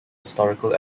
historical